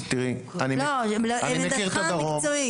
תראי, אני מכיר את הדרום -- עמדתך המקצועית.